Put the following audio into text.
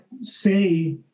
say